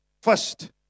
first